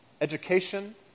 education